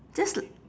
just